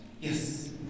Yes